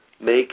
make